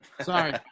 Sorry